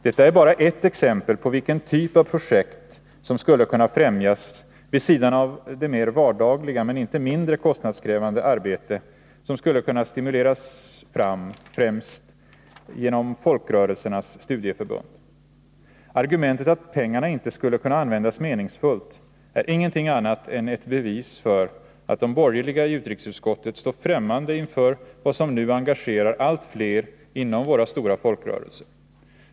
Detta är bara ett exempel på vilken typ av projekt som skulle kunna främjas vid sidan av det mera vardagliga men inte mindre kostnadskrävande arbete som skulle kunna stimuleras fram, främst genom folkrörelsernas studieförbund. Argumentet att pengarna inte skulle kunna användas meningsfullt är ingenting annat än ett bevis för att de borgerliga i utrikesutskottet står ffrämmande inför vad som nu engagerar allt fler inom våra stora folkrörelser.